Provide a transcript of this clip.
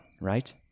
right